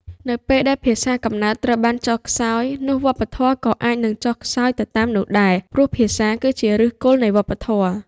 នៅពេលដែលភាសាកំណើតត្រូវបានចុះខ្សោយ នោះវប្បធម៌ក៏អាចនឹងចុះខ្សោយទៅតាមនោះដែរ ព្រោះភាសាគឺជាឫសគល់នៃវប្បធម៌។